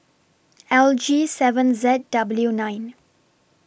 L G seven Z W nine